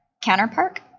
Counterpart